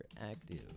active